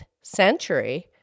century